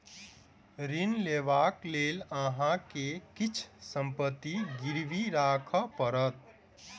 ऋण लेबाक लेल अहाँ के किछ संपत्ति गिरवी राखअ पड़त